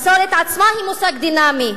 המסורת עצמה היא מושג דינמי,